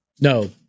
No